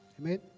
Amen